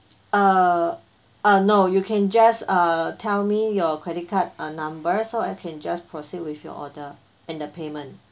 uh uh no you can just uh tell me your credit card uh number so I can just proceed with your order and the payment